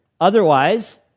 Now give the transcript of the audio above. otherwise